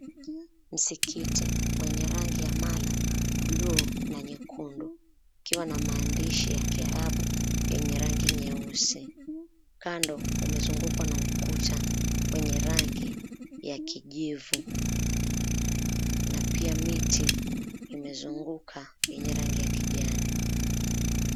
Msikiti, wenye rangi ya mala, blue na nyekundu. Ikiwa na maandishi ya kiarabu yenye rangi nyeusi. Kando umezungukwa na ukuta wenye rangi ya kijivu na pia miti imezunguka yenye rangi ya kijani.